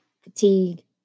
fatigue